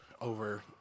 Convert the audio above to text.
over